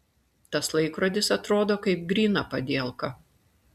tas laikrodis atrodo kaip gryna padielka